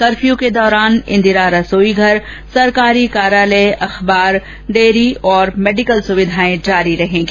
curfew के दौरान इंदिरा रसोईघर सरकारी कार्यालय अखबार डेयरी और मेडिकल सुविधाए जारी रहेंगी